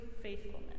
faithfulness